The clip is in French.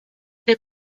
des